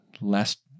last